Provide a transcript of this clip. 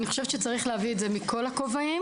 אני חושבת שצריך להביא את זה מכל הכובעים.